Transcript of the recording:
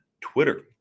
Twitter